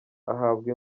ahabwa